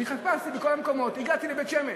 חיפשתי בכל המקומות והגעתי לבית-שמש.